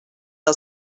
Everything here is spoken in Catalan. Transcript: del